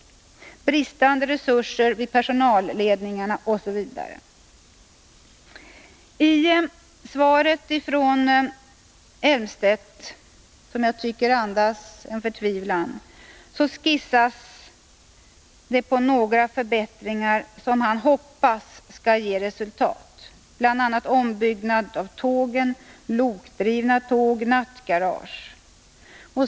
Det är bristande resurser vid personalledningen osv. I Claes Elmstedts svar, som jag tycker andas förtvivlan, skissas på några förbättringar som han hoppas skall ge resultat — bl.a. ombyggnad av tågen, lokdrivna tåg och nattgarage.